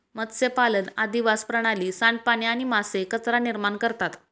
मत्स्यपालन अधिवास प्रणाली, सांडपाणी आणि मासे कचरा निर्माण करता